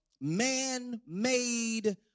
man-made